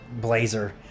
blazer